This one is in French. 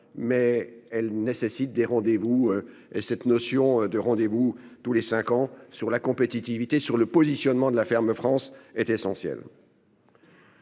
mais elle nécessite des rendez-vous. Cette notion de rendez vous tous les cinq ans sur la compétitivité sur le positionnement de la ferme France est essentielle.